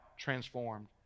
transformed